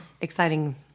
exciting